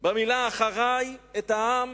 במלה "אחרי" את העם